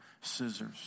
scissors